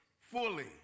fully